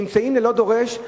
ללא דורש,